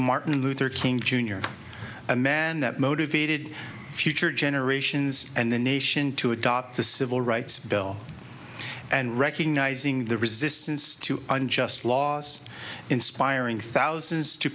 martin luther king jr a man that motivated future generations and the nation to adopt the civil rights bill and recognizing the resistance to unjust laws inspiring thousands to